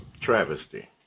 travesty